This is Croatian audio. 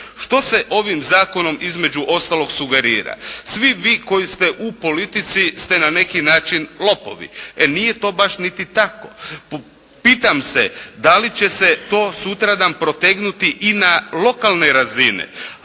Što se ovim Zakonom između ostalog sugerira? Svi vi koji ste u politici ste na neki način lopovi. E nije to baš niti tako. Pitam se da li će se to sutradan protegnuti i na lokalne razine?